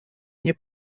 nie